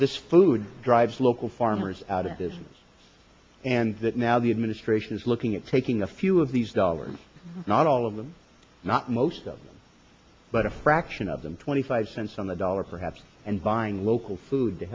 this food drives local farmers out of this and that now the administration is looking at taking a few of these dollars not all of them not most of them but a fraction of them twenty five cents on the dollar perhaps and buying local food to